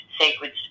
sacred